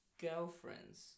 girlfriends